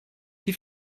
die